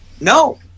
No